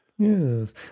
Yes